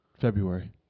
February